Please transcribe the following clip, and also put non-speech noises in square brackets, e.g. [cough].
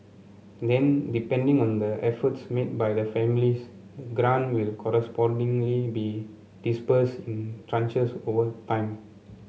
then depending on the efforts made by the families the [unintelligible] will correspondingly be disbursed in tranches over time